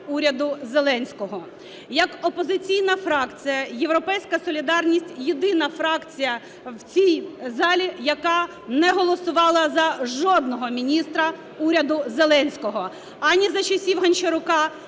уряду Зеленського. Як опозиційна фракція, "Європейська солідарність" - єдина фракція в цій залі, яка не голосувала за жодного міністра уряду Зеленського: ані за часів Гончарука,